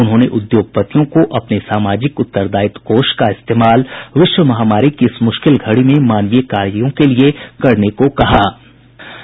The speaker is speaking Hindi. उन्होंने उद्योगपतियों को अपने सामाजिक उत्तरदायित्व कोष का इस्तेमाल विश्व महामारी की इस मुश्किल घड़ी में मानवीय कार्यों के लिए करने का आग्रह किया